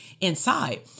inside